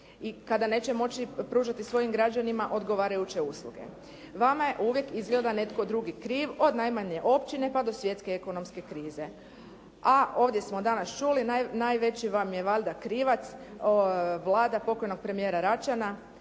kada neće moći pružati svojim građanima odgovarajuće usluge. Vama je uvijek izgleda netko drugi kriv od najmanje općine, pa do svjetske ekonomske krize, a ovdje smo danas čuli, najveći vam je valjda krivac Vlada pokojnog premijera Račana,